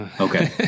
Okay